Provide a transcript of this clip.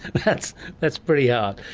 that's that's pretty hard.